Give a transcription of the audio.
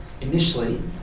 initially